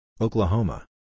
Oklahoma